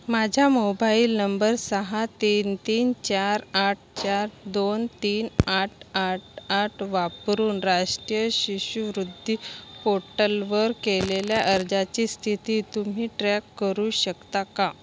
माझा mobile number सहा तीन तीन चार आठ चार दोन तीन आठ आठ आठ वापरून राष्ट्रीय शिष्यवृत्ती पोटलवर केलेल्या अर्जाची स्थिती तुम्ही ट्रॅक करू शकता का